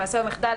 במעשה או מחדל,